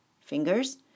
fingers